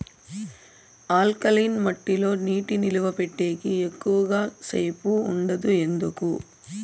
alkaline మట్టి లో నీటి నిలువ పెట్టేకి ఎక్కువగా సేపు ఉండదు ఎందుకు